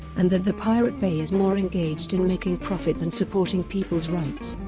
and that the pirate bay is more engaged in making profit than supporting people's rights.